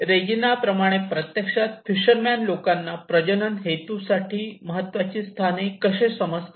Regina प्रमाणे प्रत्यक्षात fisherman लोकांना प्रजनन हेतूंसाठी महत्त्वाचे स्थाने कशी समजतात